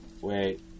Wait